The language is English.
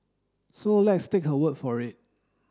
so let's take her word for it